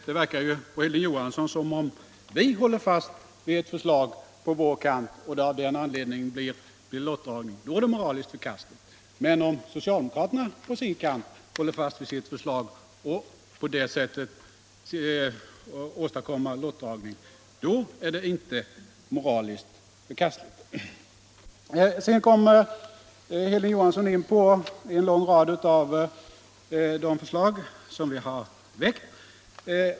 Det verkade på Hilding Johansson som om han menade, att om vi på vår kant håller fast vid ett förslag och det av den anledningen blir lottning, så är detta moraliskt förkastligt, men om socialdemokraterna på sin kant håller fast vid sitt förslag och därigenom föranleder lottning, så är det inte moraliskt förkastligt. Herr Johansson kom sedan in på en lång rad av de förslag som vi har väckt.